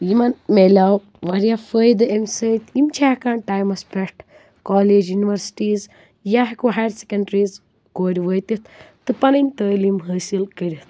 یِمن میلیٚو وارِیاہ فٲیدٕ امہِ سۭتۍ یِم چھِ ہٮ۪کان ٹایِمس پٮ۪ٹھ کالج یونیورسِٹیز یا ہٮ۪کو ہَیر سیٚکنڈریز کورِ وٲتِتھ تہٕ پنٕنۍ تعلیم حٲصِل کٔرِتھ